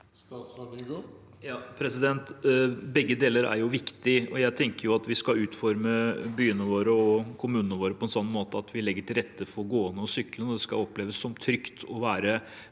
Jon-Ivar Nygård Begge deler er viktig. Jeg tenker at vi skal utforme byene våre og kommunene våre på en sånn måte at vi legger til rette for gående og syklende, og at det skal oppleves som trygt å være